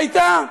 הייתה,